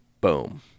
Boom